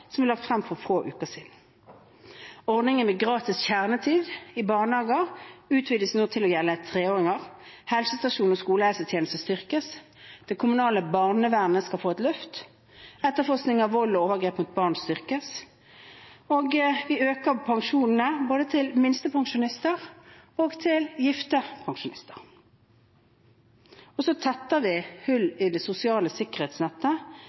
som er lagt frem for få uker siden. Ordningen med gratis kjernetid i barnehager utvides nå til å gjelde treåringer. Helsestasjoner og skolehelsetjeneste styrkes. Det kommunale barnevernet skal få et løft. Etterforskning av vold og overgrep mot barn styrkes. Vi øker pensjonene, både til minstepensjonister og til gifte pensjonister, og vi tetter hull i det sosiale sikkerhetsnettet når vi satser så